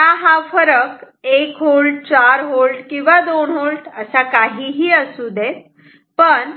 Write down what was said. आता हा फरक 1V 4 V किंवा 2V असा काहीही असू देत पण